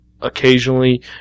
occasionally